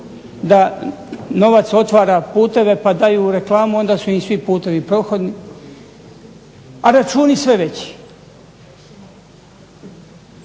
da novac otvara puteve pa daju reklamu onda su im svi putevi prohodni, a računi sve veći.